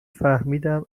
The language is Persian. فهمیدم